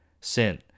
sin